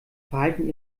verhalten